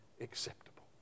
acceptable